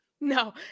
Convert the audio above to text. No